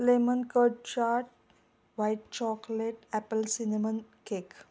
lemon curd charred white chocolate apple cinnamon cake